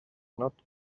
not